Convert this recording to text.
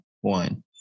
one